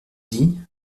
dit